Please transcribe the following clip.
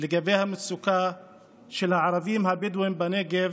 לגבי המצוקה של הערבים הבדואים בנגב,